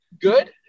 good